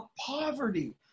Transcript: poverty